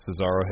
Cesaro